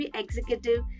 executive